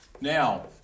Now